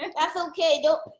and that's okay, do.